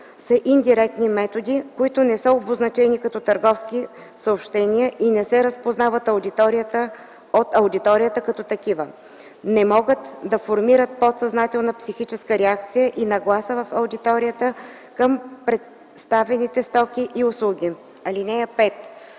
са индиректни методи, които не са обозначени като търговски съобщения и не се разпознават от аудиторията като такива, но могат да формират подсъзнателна психическа реакция и нагласа в аудиторията към представяните стоки и услуги. (5)